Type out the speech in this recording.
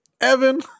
Evan